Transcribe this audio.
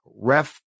ref